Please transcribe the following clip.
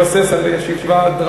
שבסוף כבוד השר ואני היינו בצד הצודק.